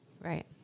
Right